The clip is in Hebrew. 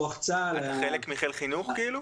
רוח צה"ל אתה חלק מחיל חינוך כאילו?